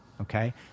okay